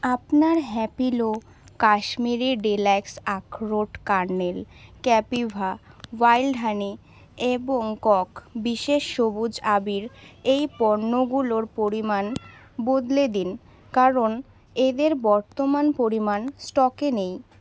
আপনার Happilo Kashmiri deluxe আখরোট kernel Kapiva wild honey এবং কক বিশেষ সবুজ আবির এই পণ্যগুলোর পরিমাণ বদলে দিন কারণ এদের বর্তমান পরিমাণ স্টকে নেই